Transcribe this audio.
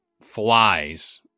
flies